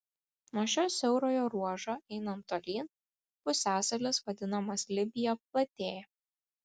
nuo šio siaurojo ruožo einant tolyn pusiasalis vadinamas libija platėja